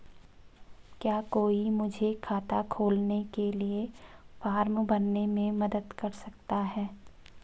क्या कोई मुझे खाता खोलने के लिए फॉर्म भरने में मदद कर सकता है?